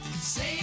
save